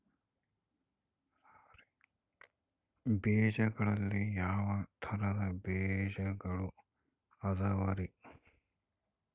ಬೇಜಗಳಲ್ಲಿ ಯಾವ ತರಹದ ಬೇಜಗಳು ಅದವರಿ?